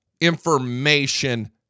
information